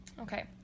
Okay